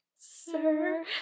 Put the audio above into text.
Sir